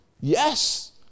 Yes